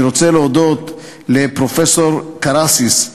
אני רוצה להודות לפרופסור קרסיס,